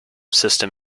system